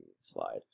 slide